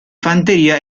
fanteria